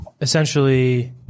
essentially